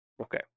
Okay